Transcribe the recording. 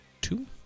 Two